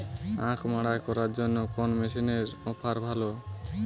আখ মাড়াই করার জন্য কোন মেশিনের অফার ভালো?